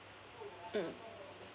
mm